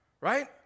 right